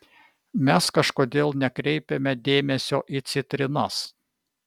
mes kažkodėl nekreipiame dėmesio į citrinas